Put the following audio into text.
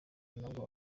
nabwo